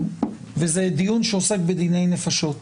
וזה דיון שעוסק בדיני נפשות.